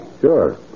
Sure